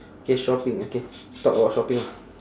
K shopping okay talk about shopping ah